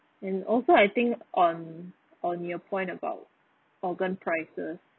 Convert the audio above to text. and also I think on on your point about organ prices